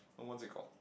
what's it called